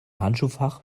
handschuhfach